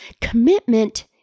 Commitment